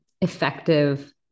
effective